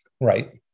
right